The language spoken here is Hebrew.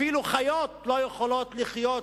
אפילו חיות לא יכולות לחיות